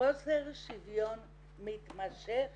חוסר שוויון מתמשך